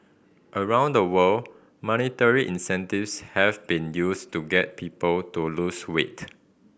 around the world monetary incentives have been used to get people to lose weight